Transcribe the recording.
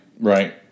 Right